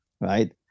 right